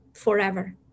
forever